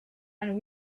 and